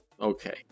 Okay